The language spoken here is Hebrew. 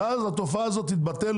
ואז התופעה הזו תתבטל.